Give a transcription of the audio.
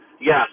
yes